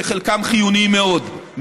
שחלקם חיוניים מאוד,